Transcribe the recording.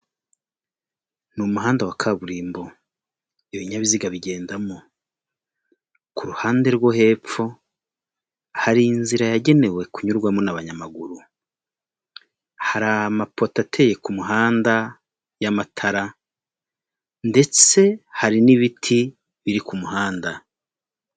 Ni umuhanda wa kaburimbo ibinyabiziga bigendamo, ku ruhande rwo hepfo hari inzira yagenewe kunyurwamo n'abanyamaguru, hari amapoto ateye ku muhanda y'amatara ndetse hari n'ibiti biri ku muhanda.